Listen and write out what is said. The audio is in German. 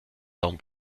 darum